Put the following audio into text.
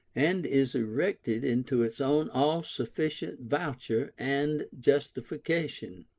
and is erected into its own all-sufficient voucher and justification.